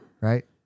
right